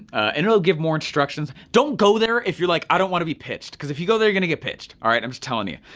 and it'll give more instructions. don't go there if you're like, i don't wanna be pitched, because if you go there you're gonna get pitched, all right, i'm just telling you,